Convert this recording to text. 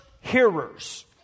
hearers